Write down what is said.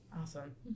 Awesome